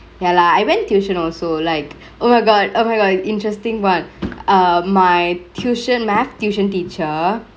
ya lah I went tuition also like oh my god oh my god interestingk one uh my tuition math tuition teacher